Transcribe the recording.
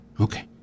okay